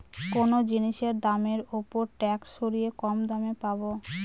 কোনো জিনিসের দামের ওপর ট্যাক্স সরিয়ে কম দামে পাবো